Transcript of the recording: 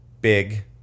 big